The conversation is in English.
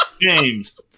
James